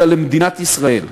אלא למדינת ישראל.